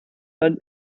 dann